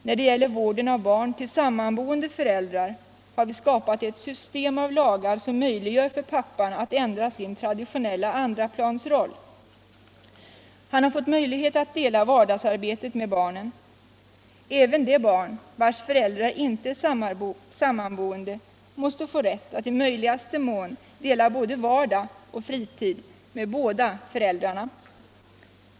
När det gäller vården av barn till sammanboende föräldrar har vi skapat ett system av lagar som möjliggör för pappan att ändra sin traditionella andraplansroll. Han har fått möjlighet att dela vardagsarbetet med barnen. Även det barn vars föräldrar inte är sammanboende måste få rätt att i möjligaste mån dela både vardag och fritid med båda föräldrarna.